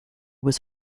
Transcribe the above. was